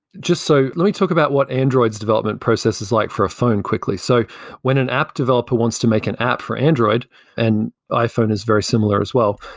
just so let me talk about what android's development process is like for a phone quickly. so when an app developer wants to make an app for android and iphone is very similar as well,